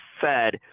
Fed